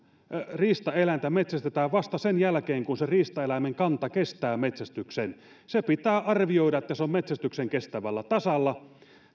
riistaeläintä metsästetään vasta sen jälkeen kun sen riistaeläimen kanta kestää metsästyksen se pitää arvioida että se on metsästyksen kestävällä tasolla